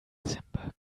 dezember